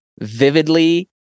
vividly